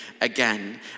again